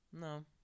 No